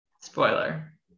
Spoiler